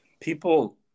people